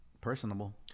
personable